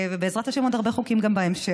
ובעזרת השם עוד הרבה חוקים גם בהמשך,